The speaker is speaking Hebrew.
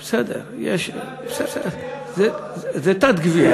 זה לא תת-גבייה,